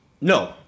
No